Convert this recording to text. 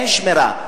אין שמירה.